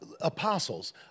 apostles